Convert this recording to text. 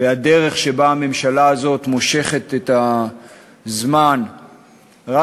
והדרך שבה הממשלה הזאת מושכת את הזמן רק